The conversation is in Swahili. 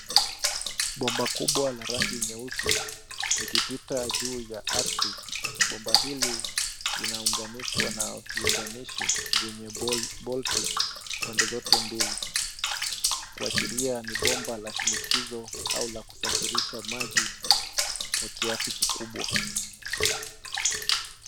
Bomba kubwa la rangi nyeusi likipita juu ya ardhi, bomba hili inaunganishwa na viunganishi vyenye bolti pande zote mbili. Kushiria ni bomba la shinikizo au la kusafirisha maji kwa kiasi kikubwa.